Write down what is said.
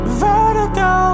vertigo